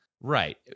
right